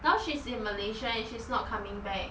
now she's in malaysia and she's not coming back